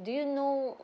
do you know